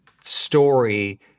story